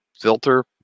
filter